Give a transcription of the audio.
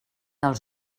els